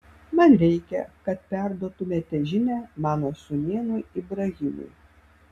man reikia kad perduotumėte žinią mano sūnėnui ibrahimui